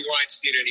Weinstein